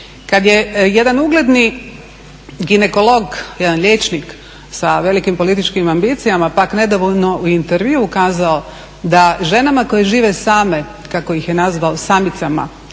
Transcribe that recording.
Kada je jedan ugledni ginekolog, jedan liječnik sa velikim političkim ambicijama pak nedovoljno u intervjuu ukazao da ženama koje žive same, kako ih je nazvao samicama,